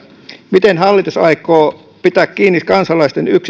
miten hallitus aikoo pitää kiinni kansalaisten